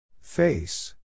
Face